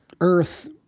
earth